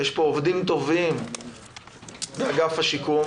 יש עובדים טובים באגף השיקום